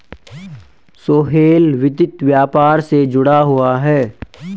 सोहेल वित्त व्यापार से जुड़ा हुआ है